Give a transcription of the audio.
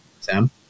Sam